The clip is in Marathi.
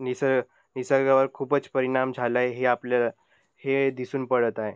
निसर्ग निसर्गावर खूपच परिणाम झालं आहे हे आपल्याला हे दिसून पडत आहे